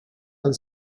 and